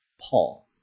Paul